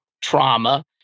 trauma